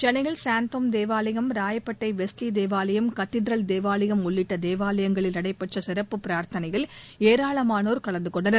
சென்னையில் சாந்தோம் தேவாலயம் ராயப்பேட்டை வெஸ்லி தேவாலயம் கதீட்ரல் தேவாலயம் உள்ளிட்ட தேவாலயங்களில் நடைபெற்ற சிறப்பு பிரார்த்தனையில் ஏராளமானோர் கலந்து கொண்டனர்